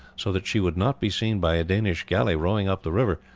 so that she would not be seen by a danish galley rowing up the river,